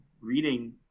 reading